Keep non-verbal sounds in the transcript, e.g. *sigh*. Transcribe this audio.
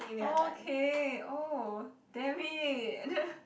oh okay oh damn it *laughs*